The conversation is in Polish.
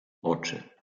oczy